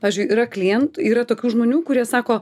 pavyzdžiui yra klientų yra tokių žmonių kurie sako